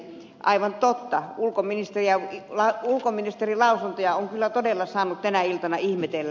aivan totta ulkoministerin lausuntoja on kyllä todella saanut tänä iltana ihmetellä